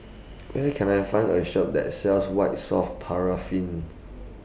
Where Can I Find A Shop that sells White Soft Paraffin